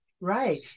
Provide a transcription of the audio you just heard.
right